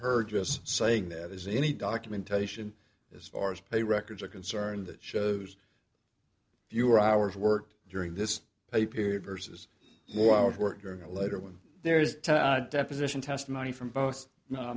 her just saying that there's any documentation as far as pay records are concerned that shows fewer hours worked during this period versus more hours work during the later when there is deposition testimony from both